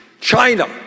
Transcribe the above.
China